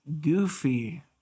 Goofy